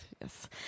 Yes